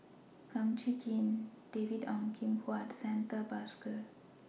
Kum Chee Kin David Ong Kim Huat and Santha Bhaskar